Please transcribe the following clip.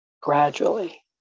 Gradually